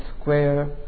square